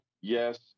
yes